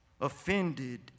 offended